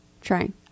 trying